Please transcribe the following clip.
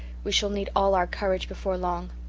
we shall need all our courage before long.